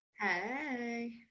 Hey